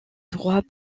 droits